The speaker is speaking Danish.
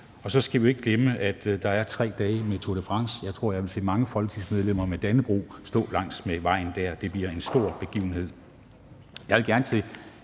og så skal vi jo ikke glemme, at der er 3 dage med Tour de France. Jeg tror, jeg vil se mange folketingsmedlemmer med dannebrog stå langs vejen der; det bliver en stor begivenhed.